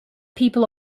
people